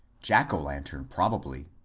jack o' lantern, probably,